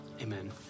amen